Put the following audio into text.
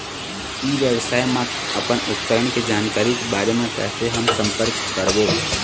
ई व्यवसाय मा अपन उपकरण के जानकारी के बारे मा कैसे हम संपर्क करवो?